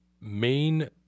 main